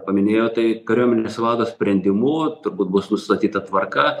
paminėjo tai kariuomenės vado sprendimu turbūt bus nustatyta tvarka